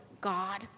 God